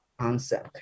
Answer